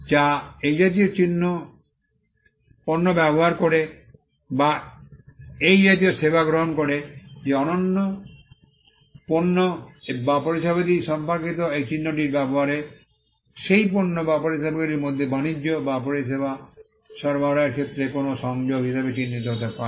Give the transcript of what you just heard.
যা এই জাতীয় পণ্য ব্যবহার করে বা এই জাতীয় সেবা গ্রহণ করে যে অন্যান্য পণ্য বা পরিষেবাদি সম্পর্কিত এই চিহ্নটির ব্যবহার সেই পণ্য বা পরিষেবাগুলির মধ্যে বাণিজ্য বা পরিষেবা সরবরাহের ক্ষেত্রে কোনও সংযোগ হিসাবে চিহ্নিত হতে পারে